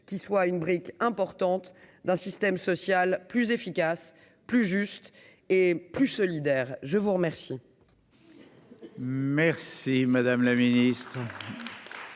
qui soit une brique importante d'un système social plus efficace, plus juste et plus solidaire, je vous remercie. Merci madame la ministre,